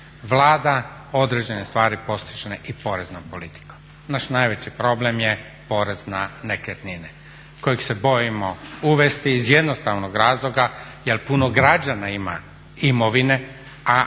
određene stvari postiže i poreznom politikom. Naš najveći problem je porez na nekretnine kojeg se bojimo uvesti iz jednostavnog razloga jer puno građana ima imovine, a